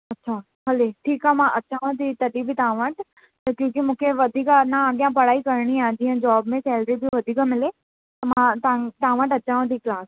अच्छा हले ठीकु आहे मां अचांव थी तॾहिं बि तव्हां वटि क्योकि मूंखे वधीक अञा अॻियां पढ़ाई करिणी आहे जीअं जोब में सेलरी बि वधीक मिले मां तव्हां तव्हां वटि अचांव थी क्लास ते